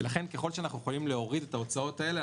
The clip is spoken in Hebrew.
ולכן ככל שאנחנו יכולים להוריד את ההוצאות האלה,